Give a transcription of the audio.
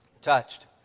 touched